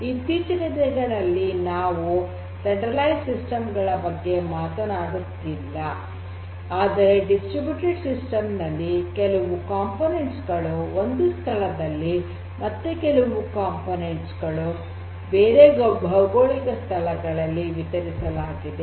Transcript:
ಇತ್ತೀಚಿನ ದಿನಗಳಲ್ಲಿ ನಾವು ಸೆಂಟ್ರಲೈಜ್ಡ್ ಸಿಸ್ಟಮ್ಸ್ ಗಳ ಬಗ್ಗೆ ಮಾತನಾಡುತ್ತಿಲ್ಲ ಆದರೆ ಡಿಸ್ಟ್ರಿಬ್ಯುಟೆಡ್ ಸಿಸ್ಟಮ್ ನಲ್ಲಿ ಕೆಲವು ಘಟಕಗಳು ಒಂದು ಸ್ಥಳದಲ್ಲಿ ಮತ್ತೆ ಹಲವು ಘಟಕಗಳು ಬೇರೆ ಭೌಗೋಳಿಕ ಸ್ಥಳಗಳಲ್ಲಿ ವಿತರಿಸಲಾಗಿದೆ